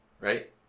right